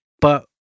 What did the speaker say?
but-